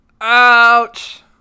Ouch